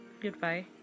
goodbye